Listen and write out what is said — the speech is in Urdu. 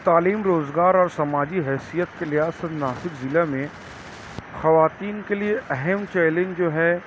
تعلیم روزگار اور سماجی حیثیت کے لحاظ سے ناسک ضلع میں خواتین کے لیے اہم چیلنج جو ہے